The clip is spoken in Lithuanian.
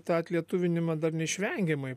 tą atlietuvinimą dar neišvengiamai